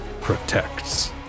protects